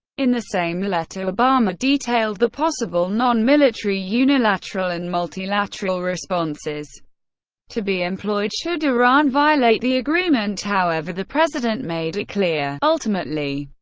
in the same letter, obama detailed the possible non-military unilateral and multilateral responses to be employed should iran violate the agreement, however, the president made it clear ultimately,